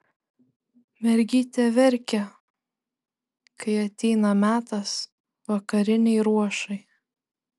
mergytė verkia kai ateina metas vakarinei ruošai